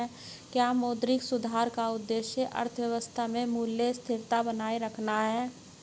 क्या मौद्रिक सुधार का उद्देश्य अर्थव्यवस्था में मूल्य स्थिरता बनाए रखना है?